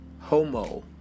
homo